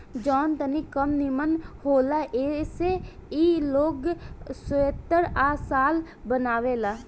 जवन तनी कम निमन होला ऐसे ई लोग स्वेटर आ शाल बनावेला